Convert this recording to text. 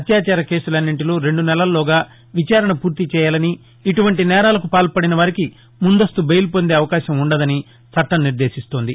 అత్యాచార కేసులన్నింటిలో రెండు నెలల్లోగా విచారణ పూర్తి చేయాలని ఇటువంటి నేరాలకు పాల్పడినవారికి ముందస్తు బెయిల్ పొందే అవకాశం వుండదని చట్లం నిర్దేశిస్తోంది